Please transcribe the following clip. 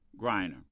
Griner